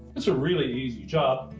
it's a really easy job.